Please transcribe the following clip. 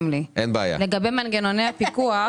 לגבי מנגנוני הפיקוח,